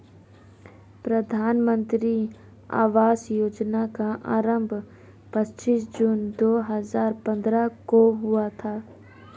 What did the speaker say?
प्रधानमन्त्री आवास योजना का आरम्भ पच्चीस जून दो हजार पन्द्रह को हुआ था